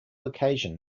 occasion